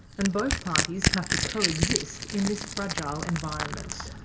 and both parties have to co-exist in this fragile environment.